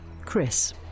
Chris